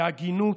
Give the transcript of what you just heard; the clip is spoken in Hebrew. להגינות.